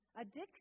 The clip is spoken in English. Addiction